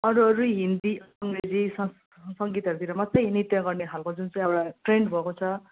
अरू अरू हिन्दी अङ्ग्रेजी सङ्गीतहरूतिर मात्रै नृत्य गर्ने खालको जुन चाहिँ एउटा ट्रेन्ड भएको छ